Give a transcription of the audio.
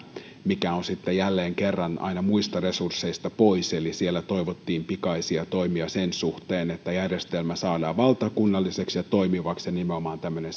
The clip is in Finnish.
mikä on sitten jälleen kerran aina muista resursseista pois eli siellä toivottiin pikaisia toimia sen suhteen että järjestelmä saadaan valtakunnalliseksi ja toimivaksi nimenomaan tämmöinen